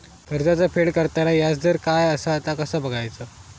कर्जाचा फेड करताना याजदर काय असा ता कसा बगायचा?